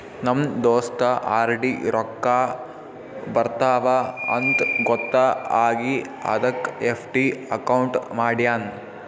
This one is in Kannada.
ನಮ್ ದೋಸ್ತ ಆರ್.ಡಿ ರೊಕ್ಕಾ ಬರ್ತಾವ ಅಂತ್ ಗೊತ್ತ ಆಗಿ ಅದಕ್ ಎಫ್.ಡಿ ಅಕೌಂಟ್ ಮಾಡ್ಯಾನ್